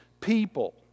people